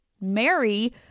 Mary